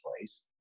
place